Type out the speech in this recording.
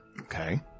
okay